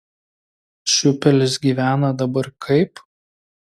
šiupelis gyvena dabar kaip